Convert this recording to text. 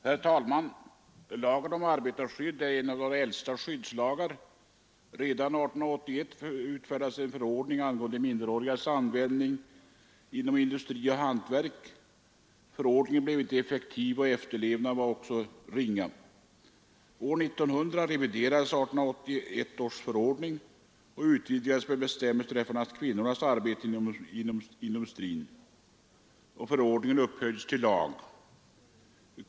Herr talman! Lagen om arbetarskydd är en av våra äldsta skyddslagar. Redan 1881 utfärdades en förordning angående minderårigas användning inom industri och hantverk. Förordningen blev inte effektiv och efterlevnaden var också ringa. År 1900 reviderades 1881 års förordning och utvidgades med bestämmelser beträffande kvinnornas arbete inom industrin. Förordningen upphöjdes till lag.